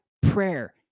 prayer